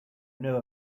know